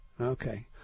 Okay